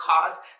cause